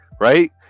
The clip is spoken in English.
Right